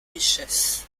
richesses